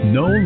no